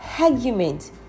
argument